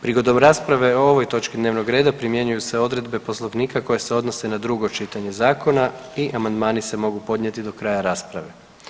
Prigodom rasprave o ovoj točki dnevnog reda primjenjuju se odredbe Poslovnika koje se odnose na drugo čitanje zakona i amandmani se mogu podnijeti do kraja rasprave.